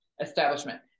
establishment